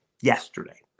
yesterday